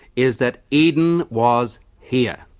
is that eden was here.